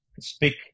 speak